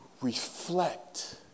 reflect